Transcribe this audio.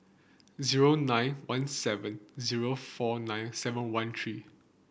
zero nine one seven zero four nine seven one three